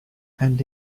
and